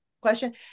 question